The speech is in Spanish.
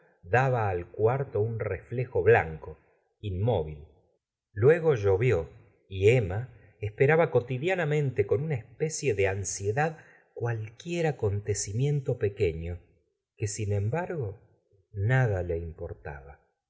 daba al cuarto un reflejo blanco inmóvil luego llovió y emma esperaba cotidia a mente con una especie de ansiedad cualquier acontecimiento pequeño que sin embargo nada le importaba